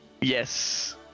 Yes